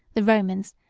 the romans,